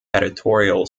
editorial